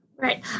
Right